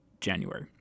January